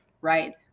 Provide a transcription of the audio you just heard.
right